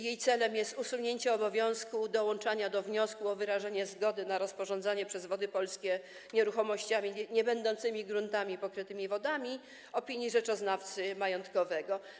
Jej celem jest usunięcie obowiązku dołączania do wniosku o wyrażenie zgody na rozporządzanie przez Wody Polskie nieruchomościami niebędącymi gruntami pokrytymi wodami opinii rzeczoznawcy majątkowego.